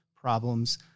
problems